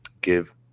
give